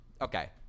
okay